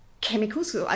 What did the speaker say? chemicals